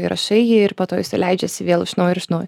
įrašai jį ir po to jisai leidžiasi vėl iš naujo ir iš naujo